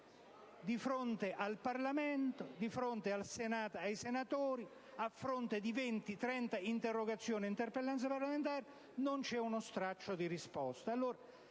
di fronte al Parlamento, di fronte al Senato e ai senatori, a fronte di circa 30 tra interrogazioni e interpellanze parlamentari, non dare uno straccio di risposta.